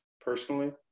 personally